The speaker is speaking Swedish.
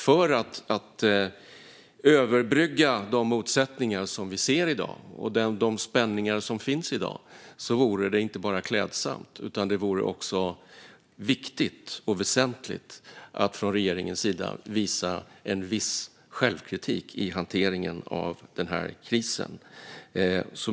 För att överbrygga de motsättningar vi ser och de spänningar som finns i dag vore det inte bara klädsamt utan också viktigt och väsentligt om regeringen visade en viss självkritik i hanteringen av krisen.